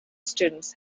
students